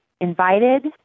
Invited